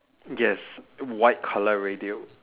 yes white color radio